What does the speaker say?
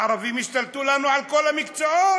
הערבים השתלטו לנו על כל המקצועות.